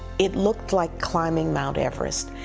it looked like climbing mt. everest.